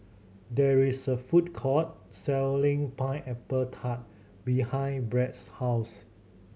there is a food court selling Pineapple Tart behind Brad's house